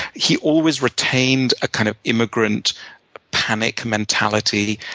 he always retained a kind of immigrant panic mentality.